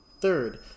Third